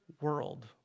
world